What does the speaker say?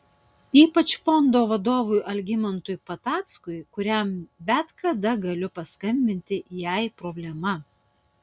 ypač fondo vadovui algimantui patackui kuriam bet kada galiu paskambinti jei problema